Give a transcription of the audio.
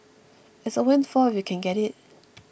it's a windfall if you can get it